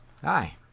Hi